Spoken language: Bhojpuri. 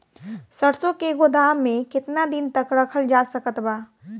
सरसों के गोदाम में केतना दिन तक रखल जा सकत बा?